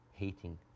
Hating